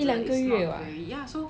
一两个月 [what]